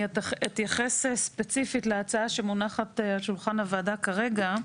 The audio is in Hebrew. אני אתייחס ספציפית להצעה שמונחת על שולחן הוועדה כרגע.